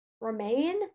remain